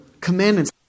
commandments